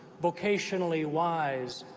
vocationally wise,